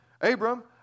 Abram